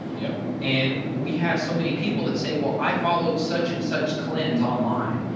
yep. and we have so many people that say, well, i followed such and such cleanse online.